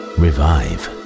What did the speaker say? revive